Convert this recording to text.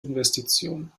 investition